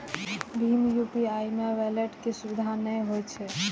भीम UPI मे wallet के सुविधा नै होइ छै